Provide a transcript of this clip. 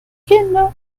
kinder